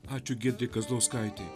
ačiū giedrei kazlauskaitei